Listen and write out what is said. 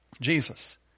Jesus